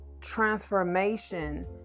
transformation